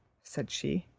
said she,